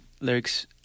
lyrics